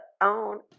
own